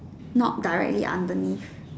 not directly underneath